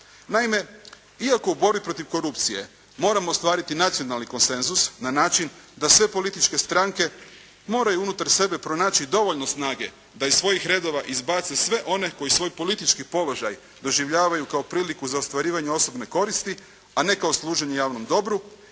Naime, iako u borbi protiv korupcije moramo ostvariti nacionalni konsenzus na način da sve političke stranke moraju unutar sebe pronaći dovoljno snage da ih svojih redova izbace sve one koji svoj politički položaj doživljavaju kao priliku za ostvarivanje osobne koristi, a ne kao služenje javnom dobru.